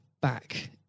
back